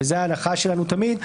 וזאת ההלכה שלנו תמיד,